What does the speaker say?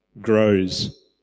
grows